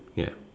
ya